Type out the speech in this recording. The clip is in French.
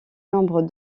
nombre